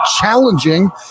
challenging